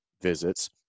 visits